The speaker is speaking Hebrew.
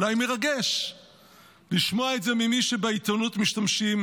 אולי מרגש לשמוע את זה ממי שבעיתונות משתמשים